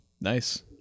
Nice